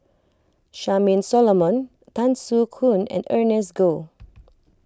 Charmaine Solomon Tan Soo Khoon and Ernest Goh